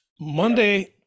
Monday